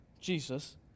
Jesus